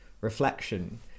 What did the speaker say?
reflection